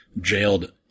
jailed